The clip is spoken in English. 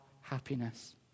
happiness